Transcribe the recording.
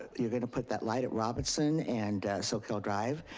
you're gonna put that light at robertson and soquel drive,